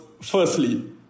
firstly